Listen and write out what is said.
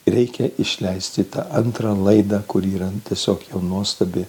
reikia išleisti tą antrą laidą kurį yra tiesiog nuostabi